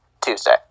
Tuesday